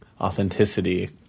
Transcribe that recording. authenticity